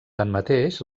tanmateix